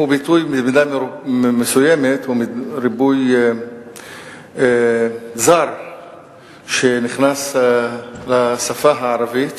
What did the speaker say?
במידה מסוימת, הוא ביטוי זר שנכנס לשפה הערבית